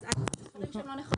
אז אל תגיד דברים שהם לא נכונים.